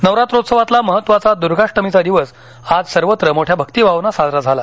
नवरात्रोत्सवातला महत्वाचा दुर्गाष्टमीचा दिवस आज सर्वत्र मोठ्या भक्तीभावानं साजरा झाला